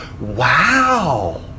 Wow